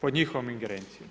pod njihovom ingerencijom.